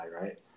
right